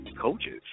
coaches